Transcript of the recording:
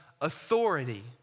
authority